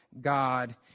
God